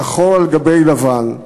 שחור על גבי לבן,